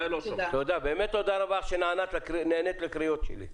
באמת תודה לך שנענית לקריאות שלי.